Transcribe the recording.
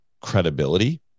credibility